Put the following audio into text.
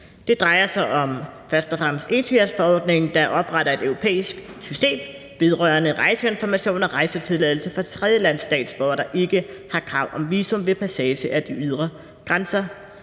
og fremmest om ETIAS-forordningen, der opretter et europæisk system vedrørende rejseinformation og rejsetilladelse for tredjelandsstatsborgere, der ikke har krav om visum ved passage af de ydre grænser;